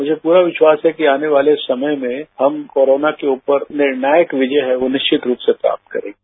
मुझे पूरा विश्वास है कि आने वाले समय में हम कोरोना के उपर निर्णायक विजय है वो निश्चित रूप से प्राप्त करेंगे